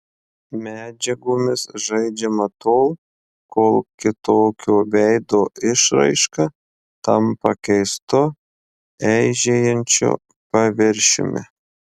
medžiagomis žaidžiama tol kol kitokio veido išraiška tampa keistu eižėjančiu paviršiumi